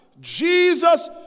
Jesus